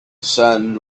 sand